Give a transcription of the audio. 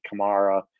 Kamara